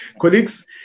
Colleagues